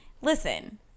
listen